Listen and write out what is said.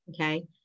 okay